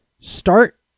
Start